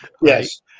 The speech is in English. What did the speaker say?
yes